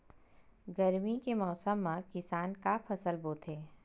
गरमी के मौसम मा किसान का फसल बोथे?